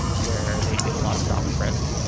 where they did a lot of stop and frisk,